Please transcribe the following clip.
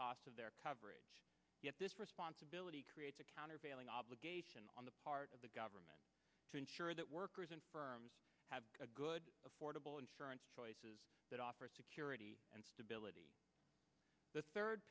cost of their coverage yet this responsibility creates a countervailing obligation on the part of the government to ensure that workers and firms have good affordable insurance choices that offer security and stability the third